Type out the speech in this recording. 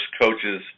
coaches